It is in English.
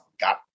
got